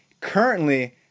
Currently